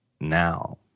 now